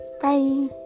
Bye